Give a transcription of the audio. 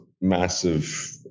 massive